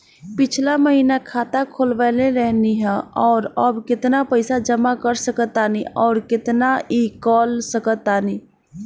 पिछला महीना खाता खोलवैले रहनी ह और अब केतना पैसा जमा कर सकत बानी आउर केतना इ कॉलसकत बानी?